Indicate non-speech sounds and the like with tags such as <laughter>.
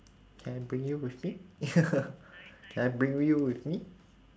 can I bring you with me <laughs> can I bring you with me